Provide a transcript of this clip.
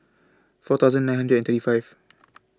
four thousand nine hundred and thirty five